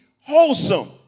wholesome